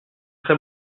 très